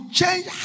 change